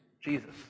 Jesus